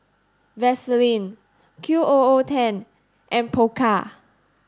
Vaseline Q O O Ten and Pokka